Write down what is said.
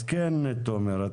תומר,